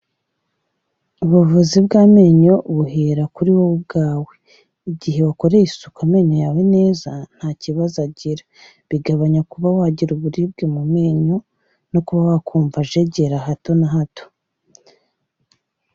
Ubuvuzi bw'amenyo buhera kuri wowe ubwawe, igihe wakoreye isuku amenyo yawe neza, nta kibazo agira. Bigabanya kuba wagira uburibwe mu menyo no kuba wakumva ajegera hato na hato.